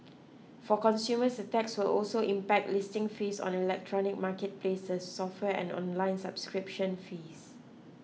for consumers the tax will also impact listing fees on electronic marketplaces software and online subscription fees